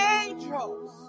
angels